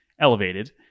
elevated